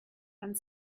and